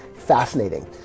Fascinating